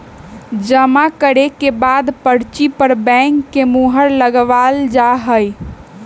जमा करे के बाद पर्ची पर बैंक के मुहर लगावल जा हई